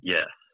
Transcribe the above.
Yes